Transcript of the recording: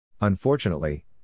Unfortunately